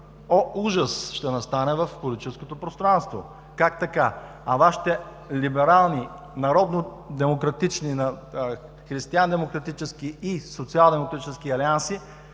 О, ужас ще настане в политическото пространство! Как така? А Вашите либерални, народнодемократични, християндемократически и социалдемократически алианси